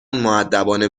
مودبانه